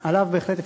מי צריך אויבים?